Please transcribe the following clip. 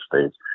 States